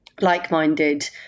like-minded